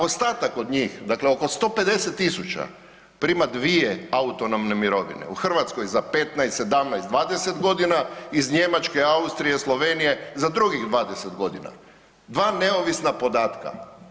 Ostatak od njih, dakle oko 150.000 prima dvije autonomne mirovine, u Hrvatskoj za 15, 17, 20.g., iz Njemačke, Austrije, Slovenije za drugih 20.g., dva neovisna podatka.